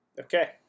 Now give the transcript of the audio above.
Okay